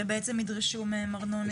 שבעצם ידרשו מהם ארנונה עסקית?